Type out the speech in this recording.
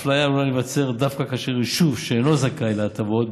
אפליה עלולה להיווצר דווקא כאשר יישוב שאיננו זכאי להטבות,